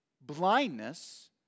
blindness